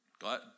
God